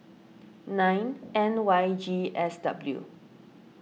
nine N Y G S W